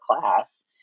class